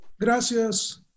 gracias